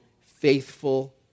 faithful